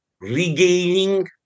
regaining